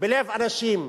בלב האנשים.